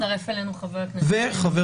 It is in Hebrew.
וחבר